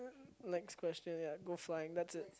next question ya go flying that's it